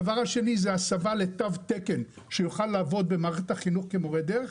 הדבר השני זה הסבה לתו תקן כדי שיוכל לעבוד במערכת החינוך כמורה דרך.